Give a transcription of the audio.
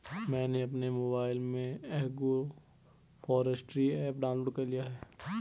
मैंने अपने मोबाइल में एग्रोफॉसट्री ऐप डाउनलोड कर लिया है